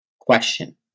question